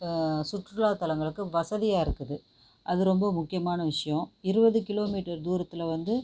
சுற்றுலாத் தலங்களுக்கு வசதியாக இருக்குது அது ரொம்ப முக்கியமான விஷயம் இருபது கிலோமீட்டர் தூரத்தில் வந்து